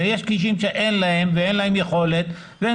ויש קשישים שאין להם ואין להם יכולת והם